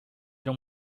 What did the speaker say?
long